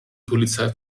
polizei